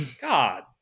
God